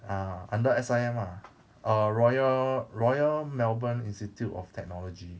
uh under S_I_M ah err royal Royal Melbourne Institute of Technology